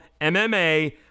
MMA